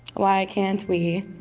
why can't we?